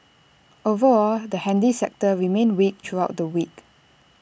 overall the handy sector remained weak throughout the week